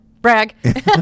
Brag